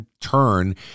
turn